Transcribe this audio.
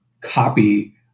copy